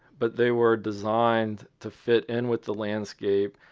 but they were designed to fit in with the landscape,